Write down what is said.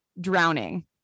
drowning